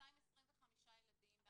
225 ילדים בהמתנה.